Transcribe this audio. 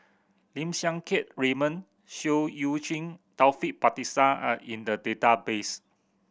Lim Siang Keat Raymond Seah Eu Chin Taufik Batisah are in the database